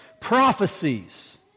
prophecies